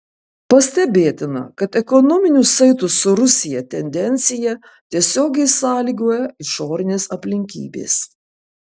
pastebėtina kad ekonominių saitų su rusija tendencija tiesiogiai sąlygoja išorinės aplinkybės